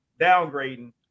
downgrading